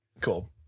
Cool